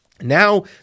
Now